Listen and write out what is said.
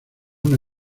una